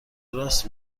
راست